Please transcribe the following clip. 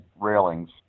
railings